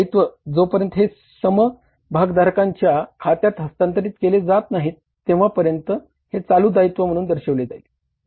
जेणेकरून 1500 अद्याप एक दायित्व म्हणून दर्शविले जाईल